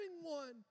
one